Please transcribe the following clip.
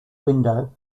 window